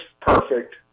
perfect